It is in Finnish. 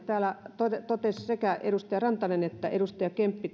täällä totesivat sekä edustaja rantanen että edustaja kemppi